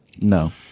No